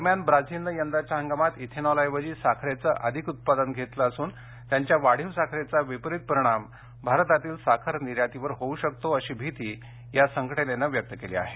दरम्यान ब्राझीलने यंदाच्या हंगामात इथेनॉलऐवजी साखरेचं अधिक उत्पादन घेतलं असून त्यांच्या वाढीव साखरेचा विपरीत परिणाम भारतातील साखर निर्यातीवर होऊ शकतो अशी भीती साखर व्यापारी संघटनेनं व्यक्त केली आहे